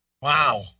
Wow